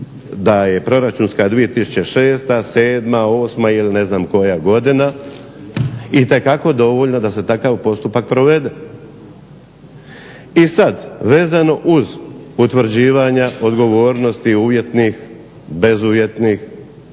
da je proračunska 2006., 7., 8. ili ne znam koja godina itekako dovoljno da se takav postupak provede. I sada vezano uz potvrđivanja odgovornosti, uvjetnih, bezuvjetnih